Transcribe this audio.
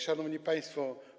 Szanowni Państwo!